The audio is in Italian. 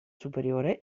superiore